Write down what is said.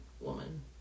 woman